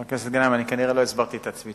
חבר הכנסת גנאים, כנראה לא הסברתי טוב את עצמי.